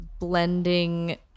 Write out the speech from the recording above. Blending